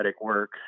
work